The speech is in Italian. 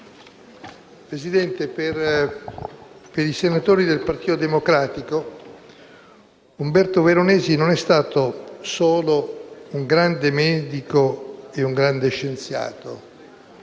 Presidente, per i senatori del Partito Democratico Umberto Veronesi non è stato solo un grande medico e un grande scienziato,